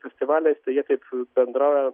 festivaliais tai jie taip bendrauja